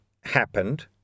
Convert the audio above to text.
happened